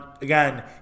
Again